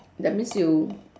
that means you